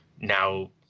now